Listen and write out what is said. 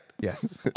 Yes